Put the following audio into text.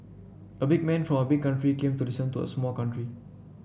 a big man from a big country came to listen to a small country